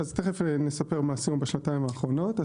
אז תכף נספר מה עשינו בשנתיים האחרונות.